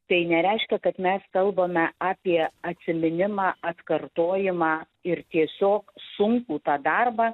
tai nereiškia kad mes kalbame apie atsiminimą atkartojimą ir tiesiog sunkų tą darbą